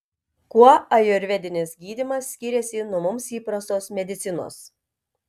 kuo ajurvedinis gydymas skiriasi nuo mums įprastos medicinos